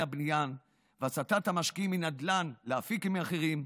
הבניין והסטת המשקיעים מנדל"ן לאפיקים האחרים.